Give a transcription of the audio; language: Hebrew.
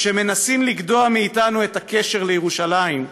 כשמנסים לגדוע את הקשר לירושלים,